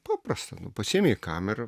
paprasta pasiėmei kamerą